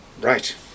Right